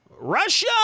Russia